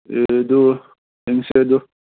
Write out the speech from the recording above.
ꯑꯗꯨ ꯌꯦꯡꯁꯦ ꯑꯗꯨ